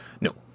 no